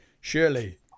surely